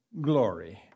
Glory